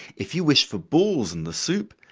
if you wish for balls in the soup,